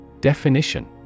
Definition